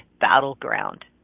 battleground